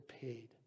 paid